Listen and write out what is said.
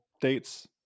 dates